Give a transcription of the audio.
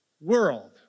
world